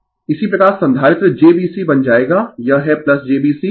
इसी प्रकार संधारित्र jB C बन जाएगा यह है jB C 1XC के बराबर है